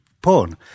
porn